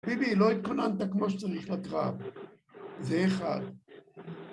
ביבי, לא התכוננת כמו שצריך לקרב, זה אחד.